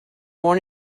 born